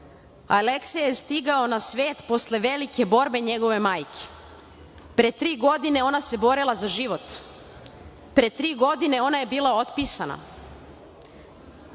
je stigao na sve posle velike borbe njegove majke. Pre tri godine ona se borila za život. Pre tri godine ona je bila otpisana